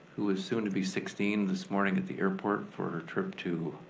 who is soon to be sixteen, this morning at the airport for her trip to,